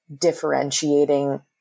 differentiating